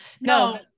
No